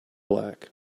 dark